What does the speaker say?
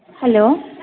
hello